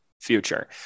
future